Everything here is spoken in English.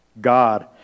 God